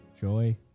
joy